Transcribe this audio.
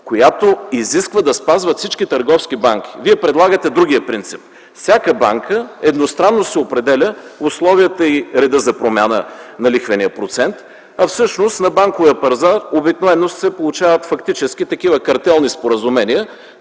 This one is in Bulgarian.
която изисква да спазват всички търговски банки. Вие предлагате другия принцип – всяка банка едностранно си определя условията и реда за промяна на лихвения процент, всъщност на банковия пазар обикновено се получават такива картелни споразумения.